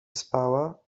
spała